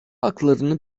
aklarını